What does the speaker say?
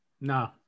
No